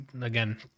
again